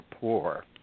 poor